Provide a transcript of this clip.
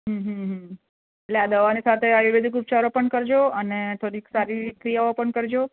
એટલે દવા સાથે આયુર્વેદિક ઉપચારો પણ કરજો અને થોડીક શારીરિક ક્રિયાઓ પણ કરજો